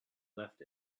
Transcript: left